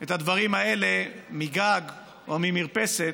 את הדברים האלה מגג או ממרפסת,